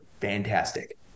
fantastic